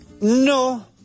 No